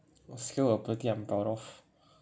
a skill or ability I'm proud of